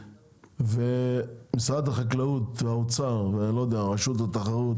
ומשרד החקלאות והאוצר ורשות התחרות,